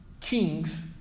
kings